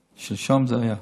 שלשום זה היה,